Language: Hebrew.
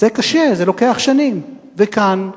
שזה קשה, זה לוקח שנים, וכאן,